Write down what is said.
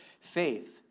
faith